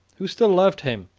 who still loved him,